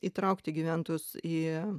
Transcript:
įtraukti gyventojus į